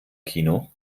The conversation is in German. kino